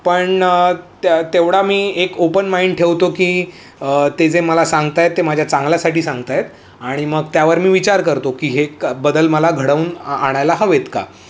पण त्या तेवढा मी एक ओपन माइंड ठेवतो की ते जे मला सांगत आहेत ते माझ्या चांगल्यासाठी सांगत आहेत आणि मग त्यावर मी विचार करतो की हे क बदल मला घडवून आणायला हवेत का